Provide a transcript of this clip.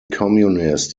communist